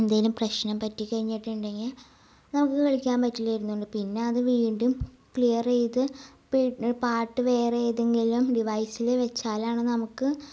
എന്തെലും പ്രശ്നം പറ്റികഴിഞ്ഞിട്ടുണ്ടെങ്കിൽ നമുക്ക് കളിയ്ക്കാൻ പറ്റില്ല ഇരുന്നോണ്ട് പിന്നെ അത് വീണ്ടും ക്ലിയറ് ചെയ്ത് ഇപ്പം പാട്ട് വേറെ ഏതെങ്കിലും ഡിവൈസില് വച്ചാലാണ് നമുക്ക്